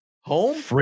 Home